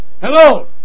Hello